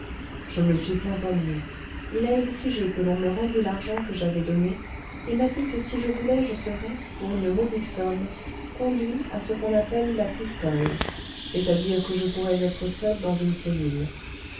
je me suis plaint à lui il a exigé que l'on me rendît l'argent que j'avais donné et m'a dit que si je voulais je serais pour une modique somme conduit à ce qu'on appelle la pistole c'est-à-dire que je pourrais être seul dans une cellule